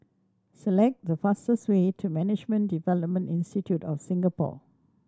select the fastest way to Management Development Institute of Singapore